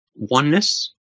Oneness